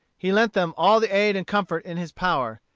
he lent them all the aid and comfort in his power,